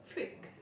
freak